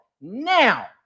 now